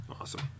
Awesome